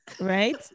right